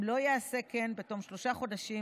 אם לא ייעשה כן בתום שלושה חודשים,